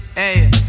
Hey